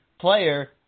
player